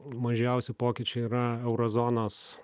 mažiausi pokyčiai yra euro zonos